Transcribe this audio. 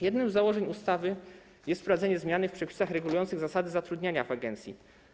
Jednym z założeń ustawy jest wprowadzenie zmiany w przepisach regulujących zasady zatrudniania w agencji.